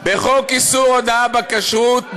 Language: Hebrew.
בחוק איסור הונאה בכשרות,